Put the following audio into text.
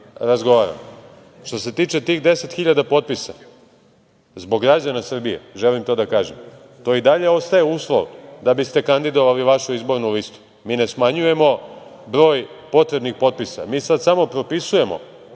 razgovaramo. Što se tiče tih 10.000 potpisa, zbog građana Srbije, želim to da kažem, to i dalje ostaje uslov da bi ste kandidovali vašu izbornu listu, mi ne smanjujemo broj potrebnim potpisa, mi sada samo propisujemo